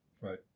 Right